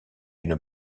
une